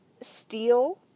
steel